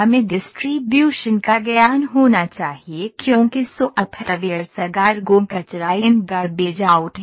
हमें डिस्ट्रीब्यूशन का ज्ञान होना चाहिए क्योंकि सॉफ्टवेयर्स गार्गो कचरा इन गारबेज आउट हैं